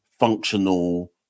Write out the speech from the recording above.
functional